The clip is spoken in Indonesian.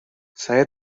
saya